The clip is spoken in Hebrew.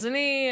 אז אני,